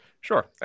Sure